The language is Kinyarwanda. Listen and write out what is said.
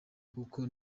kuko